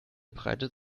breitet